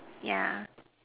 yeah